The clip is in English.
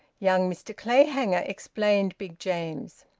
young mr clayhanger, explained big james.